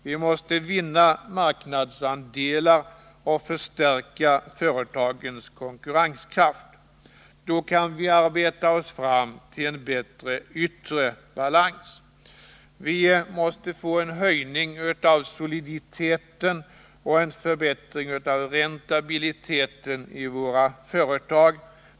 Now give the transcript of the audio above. Vi måste vinna marknadsandelar och förstärka företagens konkurrenskraft. Då kan vi arbeta oss fram till en bättre yttre balans. Vi måste få en höjning av soliditeten och en förbättring av räntabiliteten i våra företag.